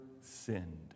sinned